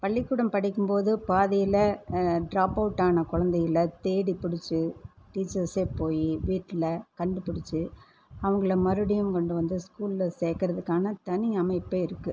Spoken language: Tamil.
பள்ளிக்கூடம் படிக்கும் போது பாதியில் ட்ராப் அவுட்டான குழந்தைகள தேடிப் பிடிச்சி டீச்செர்ஸ்ஸே போய் வீட்டில் கண்டுப்பிடிச்சி அவங்கள மறுபடியும் கொண்டு வந்து ஸ்கூலில் சேர்க்குறதுக்கான தனி அமைப்பே இருக்குது